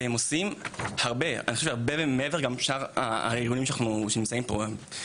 הם עושים הרבה וגם שאר הארגונים שנמצאים פה כמו